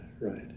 Right